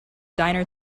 diner